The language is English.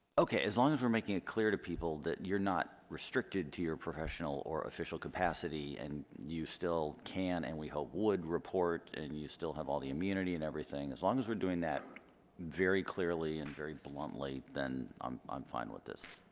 okay, as long as we're making it clear to people that you're not restricted to your professional or official capacity, and you still can and we hope would report, and you still have all the immunity and everything. as long as we're doing that very clearly and very bluntly, then i'm um fine with this.